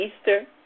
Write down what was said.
Easter